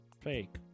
fake